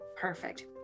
perfect